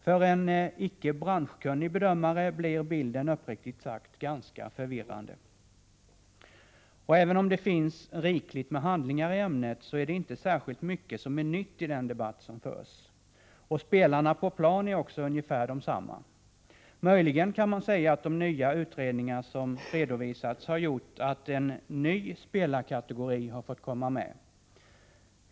För en icke branschkunnig bedömare blir bilden, uppriktigt sagt, ganska förvirrande. Även om det finns rikligt med handlingar i ämnet är det inte särskilt mycket som är nytt i den debatt som förs. Spelarna på plan är också ungefär desamma. Möjligen kan man säga att de nya utredningar som redovisats har gjort att en ny spelarkategori har fått komma med.